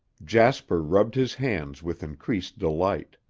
jasper rubbed his hands with increased delight.